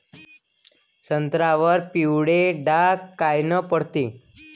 संत्र्यावर पिवळे डाग कायनं पडते?